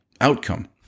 outcome